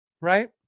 right